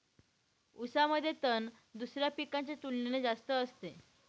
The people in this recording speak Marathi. ऊसामध्ये तण दुसऱ्या पिकांच्या तुलनेने जास्त असते